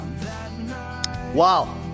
Wow